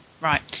right